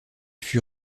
fut